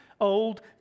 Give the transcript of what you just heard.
Old